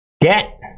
get